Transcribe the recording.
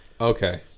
okay